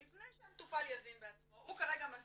לפני שהמטופל יזין בעצמו הוא כרגע מזין